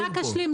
אני רק אשלים,